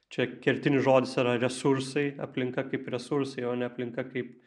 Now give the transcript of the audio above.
čia kertinis žodis yra resursai aplinka kaip resursai o ne aplinka kaip